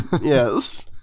yes